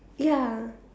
ya